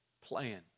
plan